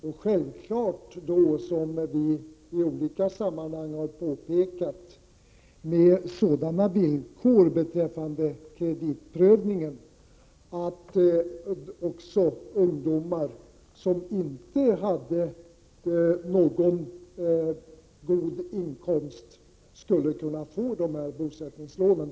Självfallet skall dessa lån — och det har vi påpekat i olika sammanhang — ha sådana villkor beträffande kreditprövningen att ungdomar som inte har goda inkomster skall kunna få lån.